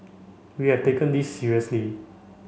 we have taken this seriously